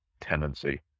tenancy